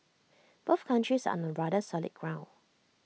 both countries are on rather solid ground